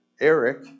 Eric